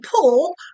pull